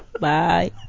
Bye